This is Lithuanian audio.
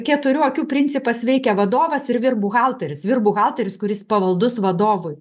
keturių akių principas veikia vadovas ir vyr buhalteris vyr buhalteris kuris pavaldus vadovui